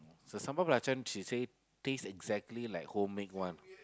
so sambal belacan she say taste exactly like homemade one